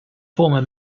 former